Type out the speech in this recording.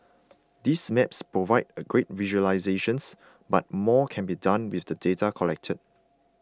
these maps provide a great visualisations but more can be done with the data collected